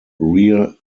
rear